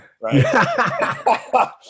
right